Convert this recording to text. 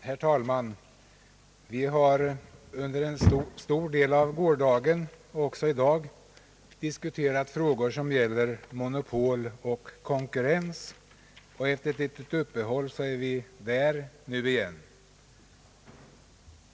Herr talman! Vi har under en stor del av gårdagen och i dag diskuterat frågor som gäller monopol och konkurrens. Efter ett litet uppehåll är vi nu där igen.